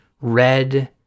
red